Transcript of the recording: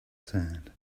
sand